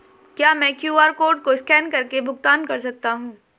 क्या मैं QR code को स्कैन करके भुगतान कर सकता हूं?